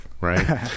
right